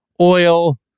oil